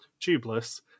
Tubeless